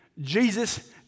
Jesus